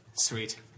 Sweet